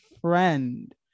Friend